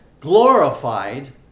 glorified